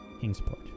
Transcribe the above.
Kingsport